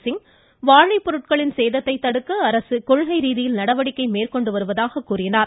சிங் வாழை பொருட்களின் சேதத்தை தடுக்க அரசு கொள்கை ரீதியில் நடவடிக்கை மேற்கொண்டுள்ளதாக கூறினார்